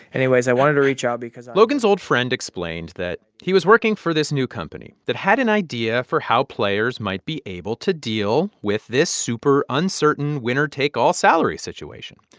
anyways, i wanted to reach out because. logan's old friend explained that he was working for this new company that had an idea for how players might be able to deal with this super uncertain winner-take-all salary situation.